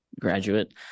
graduate